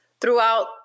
throughout